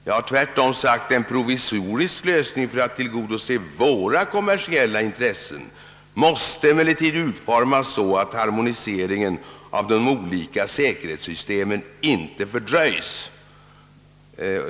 Jag har tvärtom framhållit att en provisorisk lösning för att tillgodose våra kommersiella intressen måste utformas så, att harmoniseringen av de olika säkerhetssystemen inte fördröjs.